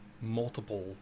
multiple